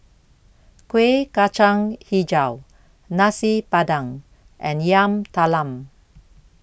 Kueh Kacang Hijau Nasi Padang and Yam Talam